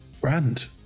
Brand